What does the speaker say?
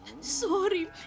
Sorry